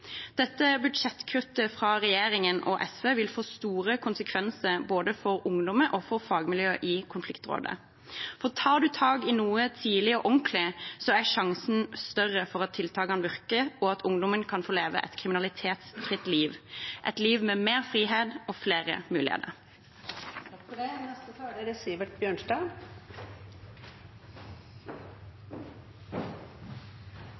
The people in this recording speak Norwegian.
Dette budsjettkuttet fra regjeringen og SV vil få store konsekvenser både for ungdommer og for fagmiljøet i konfliktrådet, for tar man tak i noe tidlig og ordentlig, er sjansen større for at tiltakene virker, og at ungdommen kan få leve et kriminalitetsfritt liv – et liv med mer frihet og flere muligheter.